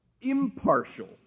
impartial